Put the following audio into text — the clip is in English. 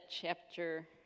Chapter